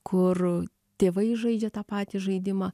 kur tėvai žaidžia tą patį žaidimą